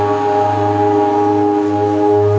oh